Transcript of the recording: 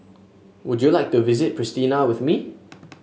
would you like to visit Pristina with me